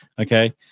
Okay